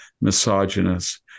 misogynist